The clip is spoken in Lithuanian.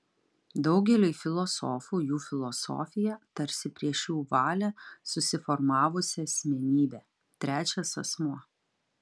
daugeliui filosofų jų filosofija tarsi prieš jų valią susiformavusi asmenybė trečias asmuo